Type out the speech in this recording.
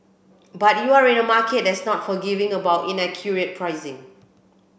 but you're in a market that's not forgiving about inaccurate pricing